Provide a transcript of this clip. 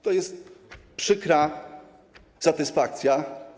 To jest przykra satysfakcja.